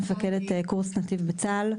מפקדת קורס נתיב בצה"ל.